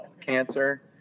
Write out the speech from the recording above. cancer